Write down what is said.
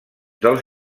dels